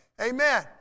Amen